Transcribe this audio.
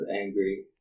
angry